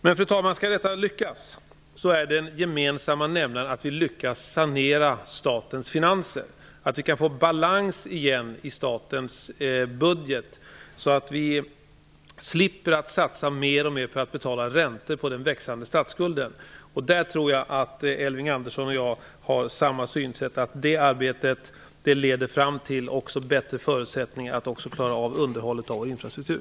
Men, fru talman, förutsättningen för att detta skall lyckas är att vi lyckas sanera statens finanser, att vi kan få balans igen i statens budget, så att vi slipper satsa mer och mer för att betala räntor på den växande statsskulden. Där tror jag att Elving Andersson och jag har samma synsätt, nämligen att det arbetet leder till bättre förutsättningar att också klara av underhållet av vår infrastruktur.